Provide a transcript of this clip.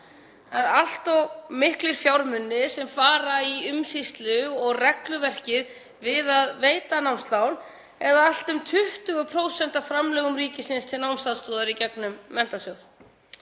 allt of miklir fjármunir fara í umsýslu og regluverkið við að veita námslán eða allt um 20% af framlögum ríkisins til námsaðstoðar í gegnum sjóðinn.